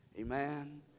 amen